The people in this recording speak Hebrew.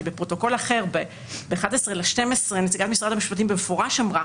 בפרוטוקול אחר, ב-11.12, נציגת המשפטים אמרה,